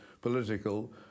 political